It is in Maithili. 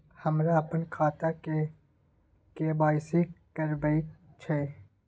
हमरा अपन खाता के के.वाई.सी करबैक छै